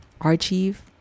archive